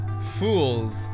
fools